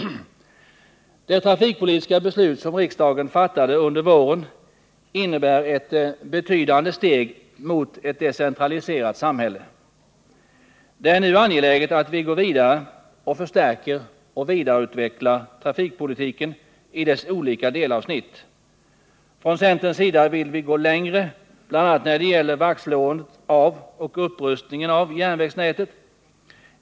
Det trafikpolitiska beslut som riksdagen fattade under våren innebär ett betydande steg mot ett decentraliserat samhälle. Det är nu angeläget att vi går vidare och förstärker och vidareutvecklar trafikpolitiken i dess olika delavsnitt. Från centerns sida vill vi gå längre bl.a. när det gäller vaktslåendet om och upprustningen av järnvägsnätet.